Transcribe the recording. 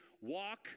walk